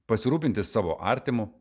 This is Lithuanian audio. pasirūpinti savo artimu